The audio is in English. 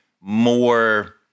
more